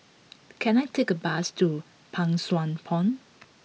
can I take a bus to Pang Sua Pond